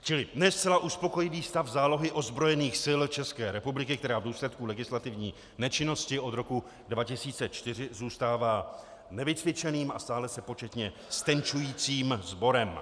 Čili ne zcela uspokojivý stav zálohy ozbrojených sil České republiky, která v důsledku legislativní nečinnosti od roku 2004 zůstává nevycvičeným a stále se početně ztenčujícím sborem.